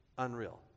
unreal